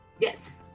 Yes